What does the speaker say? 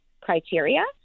criteria